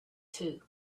too